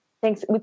Thanks